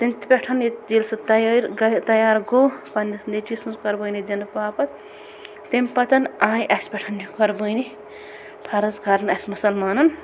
تَمہِ پٮ۪ٹھ ییٚلہِ سُہ تیار تیار گوٚو پنٛنِس نیٚچی سٕنٛز قۄربٲنی دِنہٕ باپتھ تَمہِ پتہٕ آیہِ اَسہِ پٮ۪ٹھ یہِ قۄربٲنی فرض کَرنہٕ اَسہِ مُسلمانن